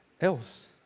else